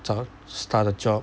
找 start a job